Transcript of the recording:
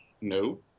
No